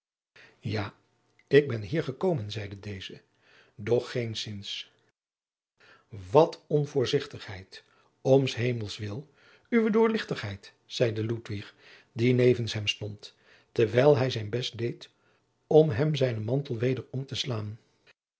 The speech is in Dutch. ja ik ben hier gekomen zeide deze doch geenszins wat onvoorzichtigheid om s hemels wil uwe doorluchtigheid zeide ludwig die nevens hem stond terwijl hij zijn best deed om hem zijnen mantel weder om te slaan